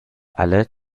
alle